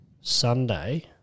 Sunday